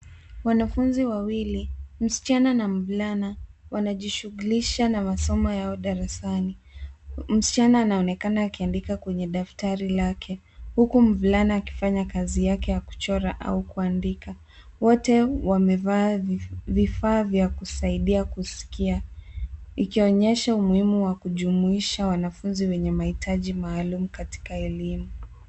Wanafunzi wawili, msichana na mvulana. Wanajishughulisha na masomo yao darasani. Msichana anaonekana akiandika kwenye daftari lake huku mvulana akifanya kazi yake ya kuchora au kuandika. Wote wamevaa vifaa vya kusaidia kuskia ikionyesha umuhimu wa kujumuisha wanafunzi wenye mahitaji maalum katika elimu.